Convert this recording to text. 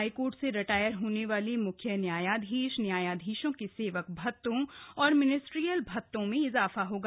high court से retire होने वाले मुख्य न्यायाधीश न्यायाधीशों के सेवक भत्तों और मिनिस्ट्रियल भत्तों में इजाफा होगा